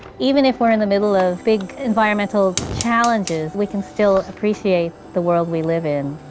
even if we're in the middle of big environmental challenges, we can still appreciate the world we live in.